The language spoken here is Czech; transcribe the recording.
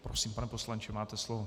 Prosím, pane poslanče, máte slovo.